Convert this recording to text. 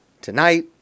Tonight